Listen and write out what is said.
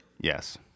Yes